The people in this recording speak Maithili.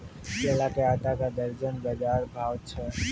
केला के आटा का दर्जन बाजार भाव छ?